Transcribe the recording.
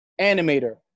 animator